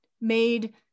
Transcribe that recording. made